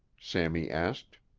sammy asked.